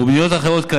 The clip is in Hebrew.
ובמדינות אחרות יש